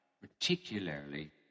particularly